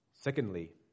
Secondly